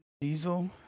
Diesel